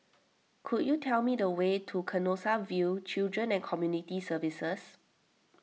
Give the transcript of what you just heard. could you tell me the way to Canossaville Children and Community Services